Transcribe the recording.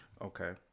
Okay